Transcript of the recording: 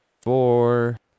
four